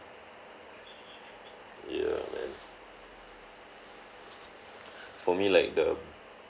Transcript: yeah man for me like the